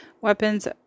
weapons